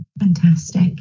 Fantastic